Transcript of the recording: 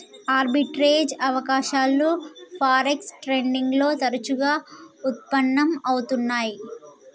arbitrage అవకాశాలు forex trading లో తరచుగా వుత్పన్నం అవుతున్నై